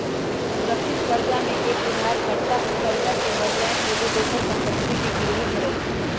सुरक्षित करजा में एक उद्धार कर्ता उ करजा के बदलैन एगो दोसर संपत्ति के गिरवी धरइ छइ